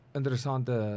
interessante